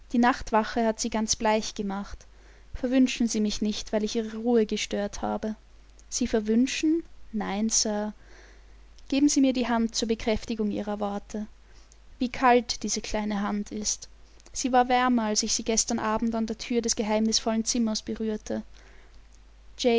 die nachtwache hat sie ganz bleich gemacht verwünschen sie mich nicht weil ich ihre ruhe gestört habe sie verwünschen nein sir geben sie mir die hand zur bekräftigung ihrer worte wie kalt diese kleine hand ist sie war wärmer als ich sie gestern abend an der thür des geheimnisvollen zimmers berührte